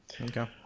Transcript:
Okay